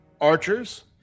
archers